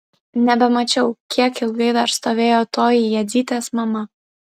nebemačiau kiek ilgai dar stovėjo toji jadzytės mama